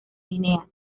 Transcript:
guinea